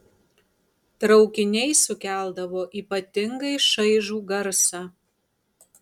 traukiniai sukeldavo ypatingai šaižų garsą